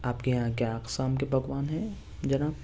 آپ کے یہاں کیا اقسام کے پکوان ہیں جناب